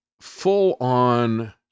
full-on